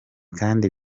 kandi